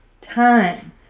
time